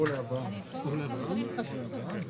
לגבי תקצוב זיהום החופים,